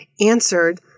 answered